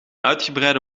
uitgebreide